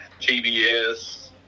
TBS